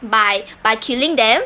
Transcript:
by by killing them